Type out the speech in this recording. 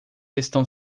estão